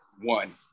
one